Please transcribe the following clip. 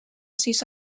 sis